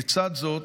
לצד זאת,